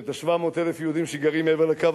שאת 700,000 היהודים שגרים מעבר ל"קו